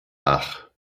ach